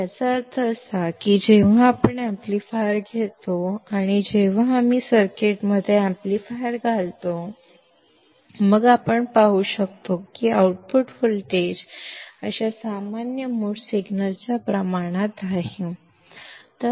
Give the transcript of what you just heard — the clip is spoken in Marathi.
याचा अर्थ असा की जेव्हा आपण अॅम्प्लीफायर घेतो आणि जेव्हा आम्ही सर्किटमध्ये एम्पलीफायर घालतो मग आपण पाहू शकतो की आउटपुट व्होल्टेज अशा सामान्य मोड सिग्नलच्या प्रमाणात आहे